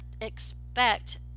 expect